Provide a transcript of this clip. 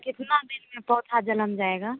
कितना दिन में पौधा जन्म जाएगा